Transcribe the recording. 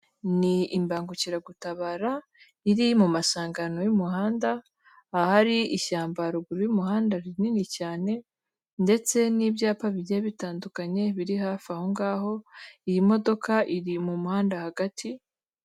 Ni imbangukiragutabara, iri mu masangano y'umuhanda, ahari ishyamba haruguru y'umuhanda rinini cyane ndetse n'ibyapa bigiye bitandukanye biri hafi aho ngaho, iyi modoka iri mu muhanda hagati...